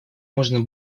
можно